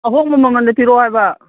ꯑꯍꯣꯡꯕ ꯃꯃꯜꯗ ꯄꯤꯔꯛꯎ ꯍꯥꯏꯕ